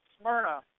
Smyrna